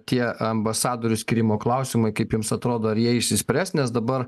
tie ambasadorių skyrimo klausimai kaip jums atrodo ar jie išsispręs nes dabar